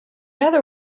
other